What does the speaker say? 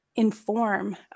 Inform